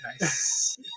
Nice